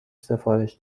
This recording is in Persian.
سفارش